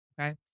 Okay